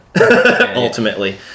ultimately